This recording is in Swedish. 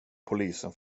polisen